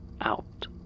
out